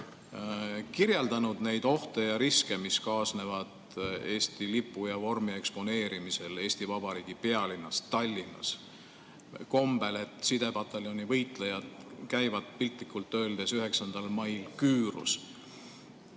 kirjeldanud ohte ja riske, mis kaasnevad Eesti lipu ja vormi eksponeerimisel Eesti Vabariigi pealinnas Tallinnas sel kombel, et sidepataljoni võitlejad käivad piltlikult öeldes 9. mail küürus?